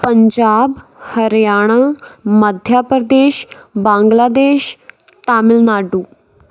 Punjab Haryana Madhya Pradesh Bangladesh Tamil Nadu